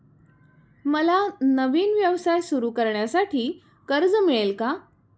मला नवीन व्यवसाय सुरू करण्यासाठी कर्ज मिळेल का?